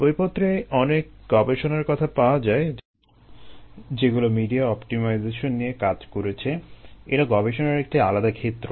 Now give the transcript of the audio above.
বইপত্রে অনেক গবেষণার কথা পাওয়া যায় যেগুলো মিডিয়া অপটিমাইজেশন নিয়ে কাজ করেছে - এটা গবেষণার একটি আলাদা ক্ষেত্র